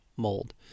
Mold